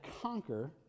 conquer